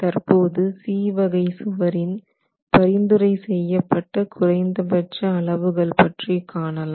தற்போது C வகை சுவரின் பரிந்துரை செய்யப்பட்ட குறைந்தபட்ச அளவுகள் பற்றி காணலாம்